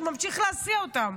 הוא ימשיך להסיע אותם,